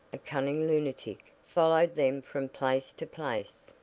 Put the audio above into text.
a cunning lunatic, followed them from place to place,